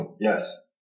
Yes